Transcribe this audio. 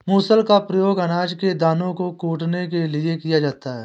मूसल का प्रयोग अनाज के दानों को कूटने के लिए किया जाता है